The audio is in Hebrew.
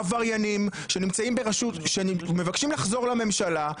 עבריינים שמבקשים לחזור לממשלה,